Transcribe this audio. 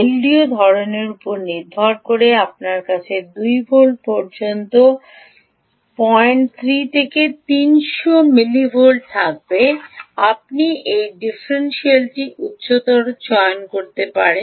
এলডিওর ধরণের উপর নির্ভর করে আপনার কাছে প্রায় 2 ভোল্ট পর্যন্ত 03 300 মিলিভোল্ট থাকবে আপনি এই ডিফারেনশিয়ালটি উচ্চতর চয়ন করতে পারেন